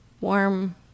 warm